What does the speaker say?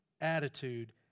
attitude